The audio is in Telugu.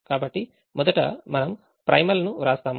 కాబట్టి మొదట మనం ప్రైమల్ ను వ్రాస్తాము